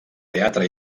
teatre